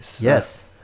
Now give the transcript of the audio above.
yes